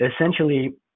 essentially